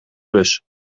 bus